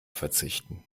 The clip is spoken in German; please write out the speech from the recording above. verzichten